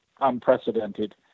unprecedented